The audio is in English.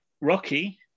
Rocky